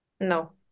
No